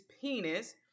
penis